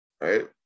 right